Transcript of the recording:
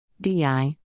DI